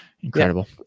Incredible